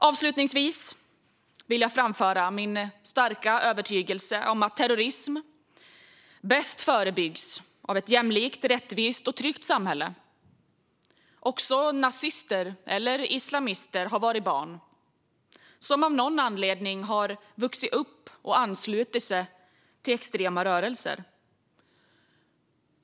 Avslutningsvis vill jag framföra min starka övertygelse om att terrorism bäst förebyggs av ett jämlikt, rättvist och tryggt samhälle. Också nazister eller islamister har varit barn, som av någon anledning har vuxit upp och anslutit sig till extrema rörelser.